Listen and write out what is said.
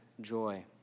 joy